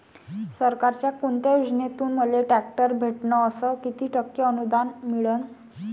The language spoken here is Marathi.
सरकारच्या कोनत्या योजनेतून मले ट्रॅक्टर भेटन अस किती टक्के अनुदान मिळन?